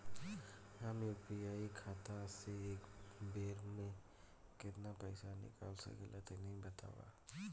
हम यू.पी.आई खाता से एक बेर म केतना पइसा निकाल सकिला तनि बतावा?